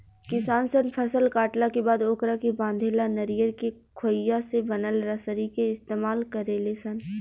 किसान सन फसल काटला के बाद ओकरा के बांधे ला नरियर के खोइया से बनल रसरी के इस्तमाल करेले सन